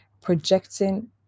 projecting